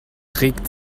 regt